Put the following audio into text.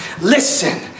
listen